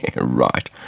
Right